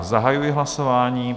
Zahajuji hlasování.